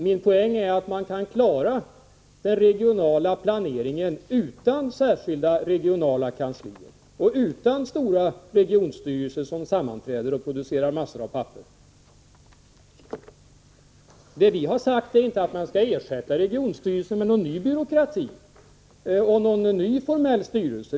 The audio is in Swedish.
Min poäng är att man kan klara den regionala planeringen utan särskilda regionala kanslier och utan stora regionstyrelser som sammanträder och producerar massor av papper. Det vi har sagt är inte att man skall ersätta regionstyrelserna med någon ny byråkrati eller någon ny formell styrelse.